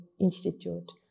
Institute